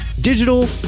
digital